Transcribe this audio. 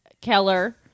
Keller